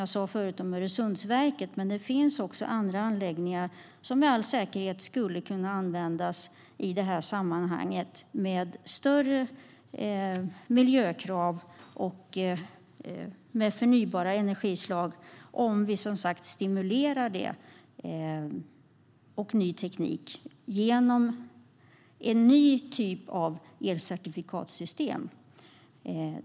Jag talade tidigare om Öresundsverket, men det finns även andra anläggningar som med all säkerhet skulle kunna användas i detta sammanhang med större miljökrav, med förnybara energislag och med ny teknik om vi, som sagt, stimulerar det genom en ny typ av elcertifikatssystem.